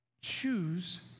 Choose